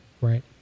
Right